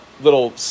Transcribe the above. little